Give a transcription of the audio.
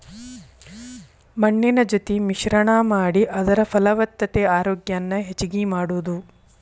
ಮಣ್ಣಿನ ಜೊತಿ ಮಿಶ್ರಣಾ ಮಾಡಿ ಅದರ ಫಲವತ್ತತೆ ಆರೋಗ್ಯಾನ ಹೆಚಗಿ ಮಾಡುದು